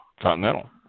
Continental